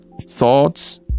thoughts